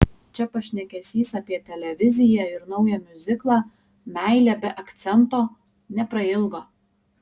čia pašnekesys apie televiziją ir naują miuziklą meilė be akcento neprailgo